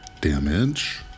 damage